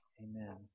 Amen